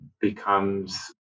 becomes